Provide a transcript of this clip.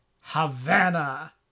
Havana